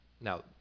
Now